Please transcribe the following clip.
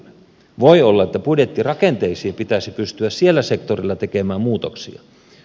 voi olla että budjettirakenteisiin pitäisi pystyä sillä sektorilla tekemään muutoksia